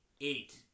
Eight